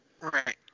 Right